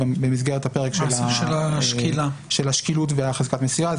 במסגרת הפרק של השקילות וחזקת המסירה.